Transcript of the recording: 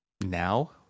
Now